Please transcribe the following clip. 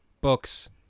books